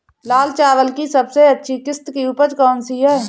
लाल चावल की सबसे अच्छी किश्त की उपज कौन सी है?